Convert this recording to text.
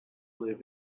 live